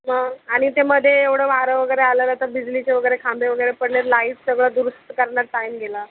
मग आणि ते मध्ये एवढं वारं वगैरे आलं ना तर बिजलीचे वगैरे खांब वगैरे पडले लाईट सगळं दुरुस्त करण्यात टाइम गेला